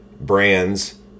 brands